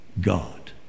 God